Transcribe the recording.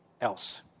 else